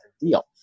deal